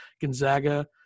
Gonzaga